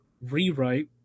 rewrite